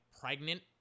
pregnant